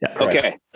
okay